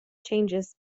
changes